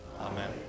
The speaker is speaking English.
Amen